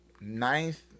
Ninth